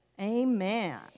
amen